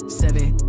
seven